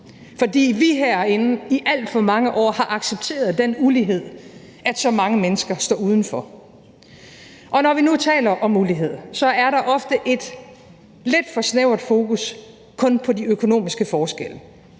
fordi vi herinde i alt for mange år har accepteret den ulighed, at så mange mennesker står uden for. Når vi nu taler om ulighed, er der ofte et lidt for snævert fokus kun på de økonomiske forskelle.